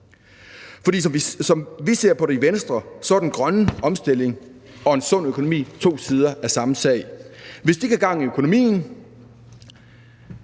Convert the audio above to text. For som vi ser på det i Venstre, er den grønne omstilling og en sund økonomi to sider af samme sag. Hvis ikke der er gang i økonomien,